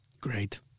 great